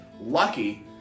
lucky